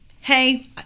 hey